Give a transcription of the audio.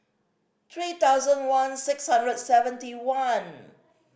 three thousand one six hundred and seventy one